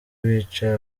bicaye